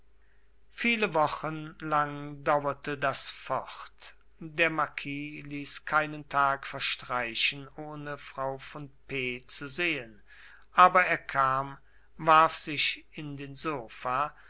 viele wochen lang dauerte das fort der marquis ließ keinen tag verstreichen ohne frau von p zu sehen aber er kam warf sich in den sofa